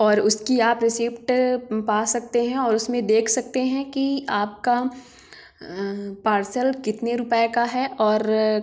और उसकी आप रिसीप्ट पा सकते हैं और उसमें देख सकते हैं कि आपका पार्सल कितने रुपये का है और